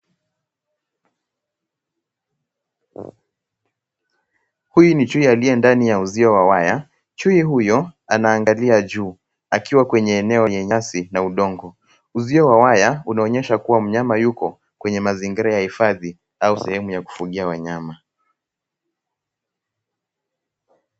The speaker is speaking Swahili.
Huyu ni chui aliye ndani ya uzio wa waya. Chui huyo anaangalia juu akiwa kwenye eneo la nyasi na udongo. Uzio wa waya unaonyesha kuwa mnyama yuko kwenye mazingira ya hifadhi au sehemu ya kufugia wanyama.